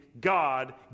God